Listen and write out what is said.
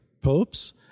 popes